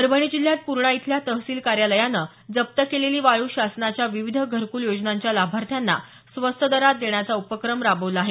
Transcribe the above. परभणी जिल्ह्यात पूर्णा इथल्या तहसील कार्यालयानं जप्त केलेली वाळू शासनाच्या विविध घरकुल योजनांच्या लाभार्थ्यांना स्वस्त दरात देण्याचा उपक्रम राबवला आहे